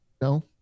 no